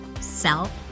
self